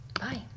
Bye